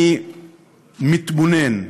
אני מתבונן,